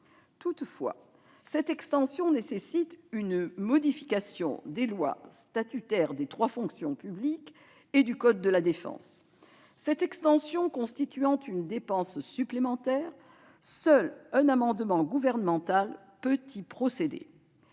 Toutefois, cette extension nécessite une modification des lois statutaires des trois fonctions publiques et du code de la défense. Cette extension constituant une dépense supplémentaire, seul un amendement gouvernemental peut y procéder.